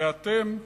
ואתם שותקים.